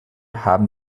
haben